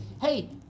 hey